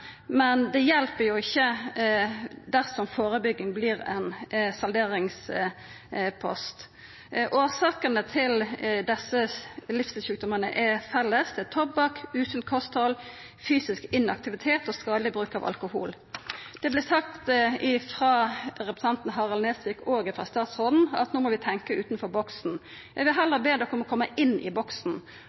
men det hjelper jo ikkje dersom førebygging vert ein salderingspost. Årsakene til desse livsstilssjukdommane er felles: Det er tobakk, usunt kosthald, fysisk inaktivitet og skadeleg bruk av alkohol. Det vart sagt av både representanten Harald T. Nesvik og statsråden at vi no må tenkja utanfor boksen. Eg vil heller be dykk koma inn i boksen